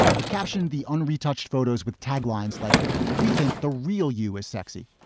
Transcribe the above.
it captioned the unretouched photos with taglines like we think the real you is sexy